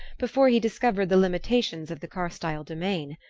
before he discovered the limitations of the carstyle domain.